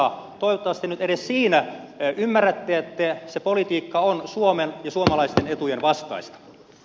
toivottavasti nyt edes siinä ymmärrätte että se politiikka on suomen ja suomalaisten etujen vastaista